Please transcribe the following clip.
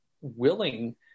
willing